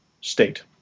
state